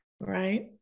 right